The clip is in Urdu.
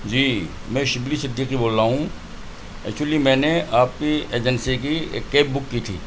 جی میں شبلی صدیقی بول رہا ہوں ایکچلی میں نے آپ کی ایجنسی کی ایک کیب بک کی تھی